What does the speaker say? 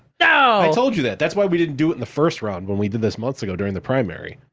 no! i told you that. that's why we didn't do it in the first round, when we did this months ago, during the primary.